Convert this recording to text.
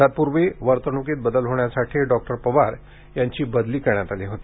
तत्पूर्वी वर्तणुकीत बदल होण्यासाठी डॉक्टर पवार यांची बदली करण्यात आली होती